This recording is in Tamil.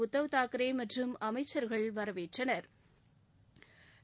உத்தவ் தாக்கரே மற்றும் அமைச்சா்கள் வரவேற்றனா்